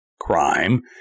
crime